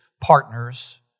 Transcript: partners